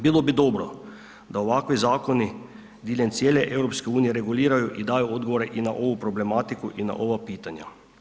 Bilo bi dobro da ovakvi zakon diljem cijele EU reguliraju i daju odgovore i na ovu problematiku i na ova pitanja.